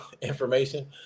information